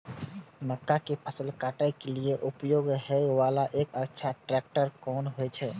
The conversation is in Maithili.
मक्का के फसल काटय के लिए उपयोग होय वाला एक अच्छा ट्रैक्टर कोन हय?